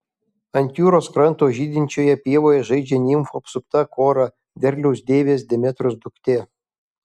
ant jūros kranto žydinčioje pievoje žaidžia nimfų apsupta kora derliaus deivės demetros duktė